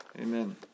Amen